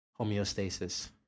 homeostasis